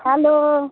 hello